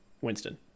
Winston